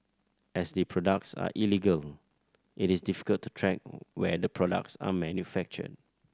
as the products are illegal it is difficult to track where the products are manufactured